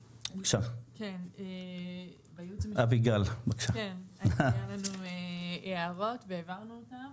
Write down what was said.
כן, היה לנו הערות והעברנו אותן,